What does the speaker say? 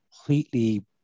completely